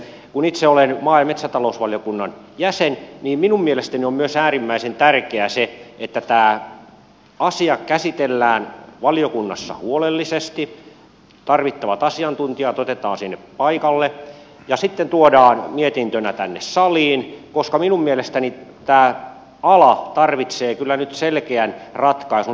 kun itse olen maa ja metsätalousvaliokunnan jäsen minun mielestäni on myös äärimmäisen tärkeää se että tämä asia käsitellään valiokunnassa huolellisesti tarvittavat asiantuntijat otetaan sinne paikalle ja sitten tuodaan mietintönä tänne saliin koska minun mielestäni tämä ala tarvitsee kyllä nyt selkeän ratkaisun